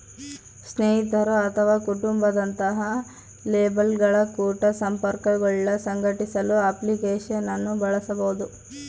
ಸ್ನೇಹಿತರು ಅಥವಾ ಕುಟುಂಬ ದಂತಹ ಲೇಬಲ್ಗಳ ಕುಟ ಸಂಪರ್ಕಗುಳ್ನ ಸಂಘಟಿಸಲು ಅಪ್ಲಿಕೇಶನ್ ಅನ್ನು ಬಳಸಬಹುದು